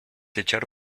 echar